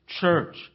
church